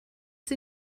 sie